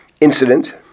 incident